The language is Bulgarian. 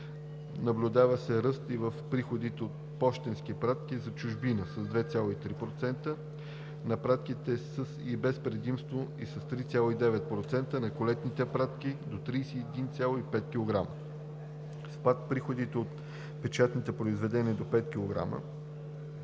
Наблюдава се ръст и в приходите от пощенските пратки за чужбина – с 2,3% на пратките със и без предимство и с 3,9% на колетните пратки до 31,5 кг; - спад в приходите от печатни произведения до 5 кг